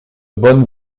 bonne